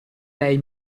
lei